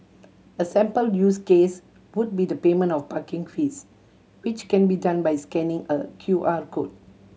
a sample use case would be the payment of parking fees which can be done by scanning a Q R code